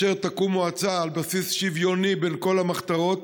תקום מועצה על בסיס שוויוני בין כל המחתרות